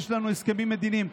יש לנו הסכמים מדיניים.